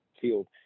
field